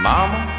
Mama